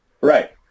Right